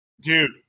Dude